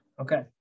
Okay